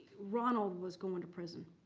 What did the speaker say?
ronald was going to prison.